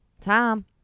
Tom